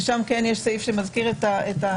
ששם יש סעיף שמזכיר את השיקום.